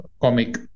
comic